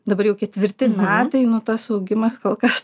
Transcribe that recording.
dabar jau ketvirti metai nu tas augimas kol kas